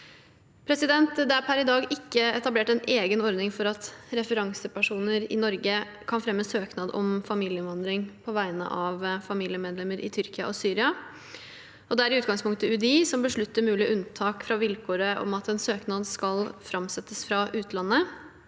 de er. Det er per i dag ikke etablert en egen ordning for at referansepersoner i Norge kan fremme søknad om familieinnvandring på vegne av familiemedlemmer i Tyrkia og Syria. Det er i utgangspunktet UDI som beslutter mulige unntak fra vilkåret om at en søknad skal framsettes fra utlandet.